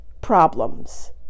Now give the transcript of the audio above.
problems